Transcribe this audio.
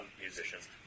musicians